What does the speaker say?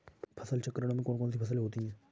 फसल चक्रण में कौन कौन सी फसलें होती हैं?